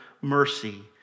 mercy